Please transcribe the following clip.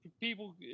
people